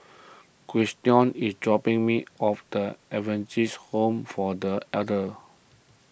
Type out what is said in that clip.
Christion is dropping me off the Adventist Home for the Elders